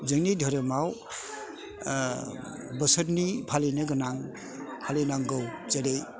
जोंनि धोरोमआव बोसोरनि फालिनो गोनां फालिनांगौ जेरै